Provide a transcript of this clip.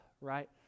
Right